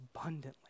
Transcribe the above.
abundantly